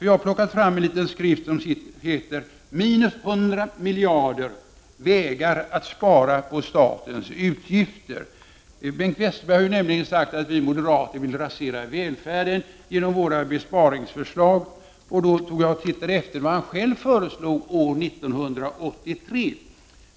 Jag har här en liten skrift med titeln Minus 100 miljarder — vägar att spara på statens utgifter. Bengt Westerberg har ju sagt att vi moderater med våra besparingsförslag vill rasera välfärden. Därför såg jag efter vad han själv föreslog år 1983.